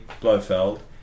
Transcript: Blofeld